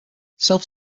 self